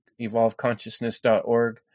EvolveConsciousness.org